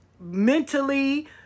mentally